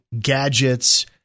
gadgets